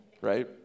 right